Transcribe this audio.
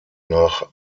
nach